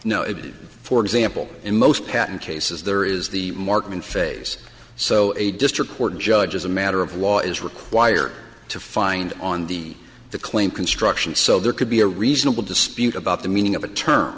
added for example in most patent cases there is the market in phase so a district court judge as a matter of law is required to find on the the claim construction so there could be a reasonable dispute about the meaning of a term